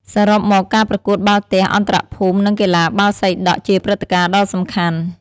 សរុបមក ការប្រកួតបាល់ទះអន្តរភូមិនិងកីឡាបាល់សីដក់ជាព្រឹត្តិការណ៍ដ៏សំខាន់។